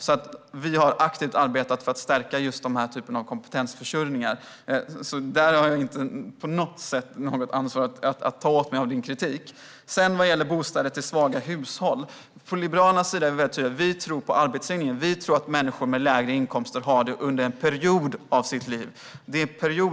Vi har alltså aktivt arbetat för att stärka just den typen av kompetensförsörjning, så där har jag inte på något sätt ett ansvar att ta åt mig av din kritik. Vad gäller bostäder till svaga hushåll är vi från Liberalernas sida väldigt tydliga. Vi tror på arbetslinjen. Vi tror att människor med lägre inkomster har lägre inkomster under en period av sitt liv. Det rör sig om perioder.